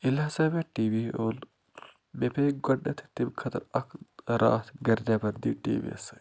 ییٚلہِ ہسا مےٚ ٹی وی اوٚن مےٚ پے گۄڈٕنٮ۪تھٕے تَمۍ خٲطرٕ اکھ راتھ گَرِ نٮ۪بَر دِنۍ ٹی وی یَس سۭتۍ